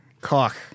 cock